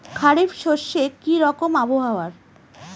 খরিফ শস্যে কি রকম আবহাওয়ার?